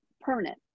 permanent